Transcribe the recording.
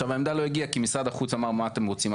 העמדה לא הגיעה כי משרד החוץ אמר: מה אתם רוצים?